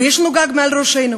ויש לנו גג מעל ראשינו.